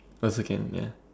also can ya